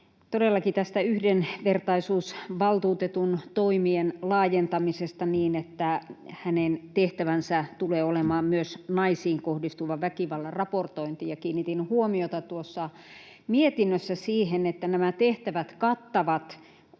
todellakin yhdenvertaisuusvaltuutetun toimien laajentamisesta niin, että hänen tehtävänsä tulee olemaan myös naisiin kohdistuvan väkivallan raportointi. Kiinnitin huomiota mietinnössä siihen, että nämä tehtävät kattavat kaiken